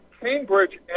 Cambridge